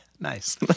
Nice